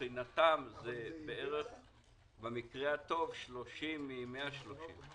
מבחינתם במקרה הטוב זה בערך 30 מיליון שקל מ-130 מיליון שקל שנדרשים.